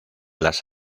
las